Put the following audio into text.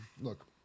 look